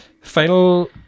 Final